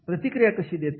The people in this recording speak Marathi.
प्रतिक्रिया कशी देता